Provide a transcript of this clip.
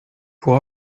pour